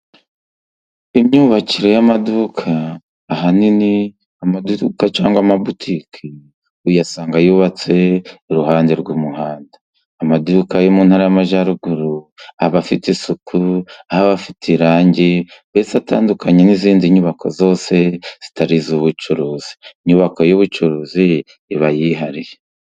Imyubakire y'amaduka, ahanini amaduduka cyangwa amabutike uyasanga yubatse iruhande rw'umuhanda. Amaduka yo mu ntara y'Amajyaruguru aba afite isuku, aba afite irangi mbese atandukanye n'izindi nyubako zose zitari iz'ubucuruzi. Inyubako y'ubucuruzi iba yihariye.